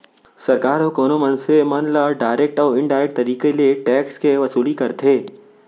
सरकार ह कोनो मनसे मन ले डारेक्ट अउ इनडारेक्ट तरीका ले टेक्स के वसूली करथे